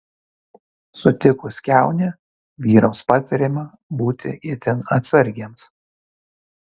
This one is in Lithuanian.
sutikus kiaunę vyrams patariama būti itin atsargiems